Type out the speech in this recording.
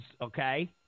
Okay